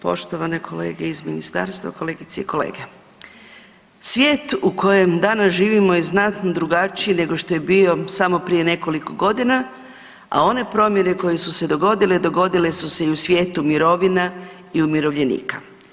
Poštovane kolege iz ministarstva, kolegice i kolege, svijet u kojem danas živimo je znatno drugačiji nego što je bio samo prije nekoliko godina, a one promjene koje su se dogodile, dogodile su se i u svijetu mirovina i umirovljenika.